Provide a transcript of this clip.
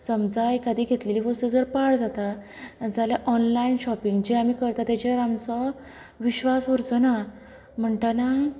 समजा एकादे घेतलेली वस्तू जर पाड जाता जाल्यार ऑन्लाइन शॉपिंगचे करता तेचेर आमचो विश्वास उरचो ना म्हणटना